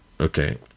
Okay